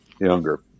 younger